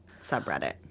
subreddit